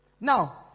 Now